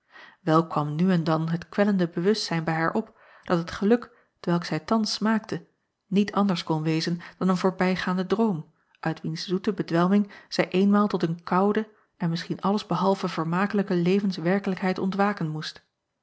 kwam nu en dan het kwellende bewustzijn bij haar op dat het geluk t welk zij thans smaakte niet anders kon wezen dan een voorbijgaande droom uit wiens zoete bedwelming zij eenmaal tot een koude en misschien alles behalve vermakelijke levens werkelijkheid ontwaken moest